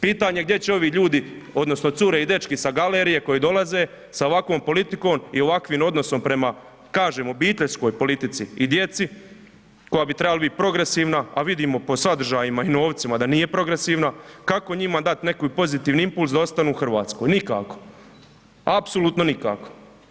Pitanje gdje će ovi ljudi odnosno cure i dečki sa galerije koji dolaze sa ovakvom politikom i ovakvim odnosom prema kažem obiteljskoj politici i djeci koja bi trebala biti progresivna, a vidimo po sadržajima i novcima da nije progresivna, kako njima dati neki pozitivni impuls da ostanu u Hrvatskoj, nikako, apsolutno nikako.